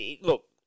look